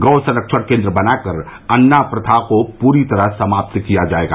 गौ संरक्षण केन्द्र बनाकर अन्ना प्रथा को पूरी तरह समाप्त किया जायेगा